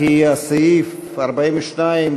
סעיף 42,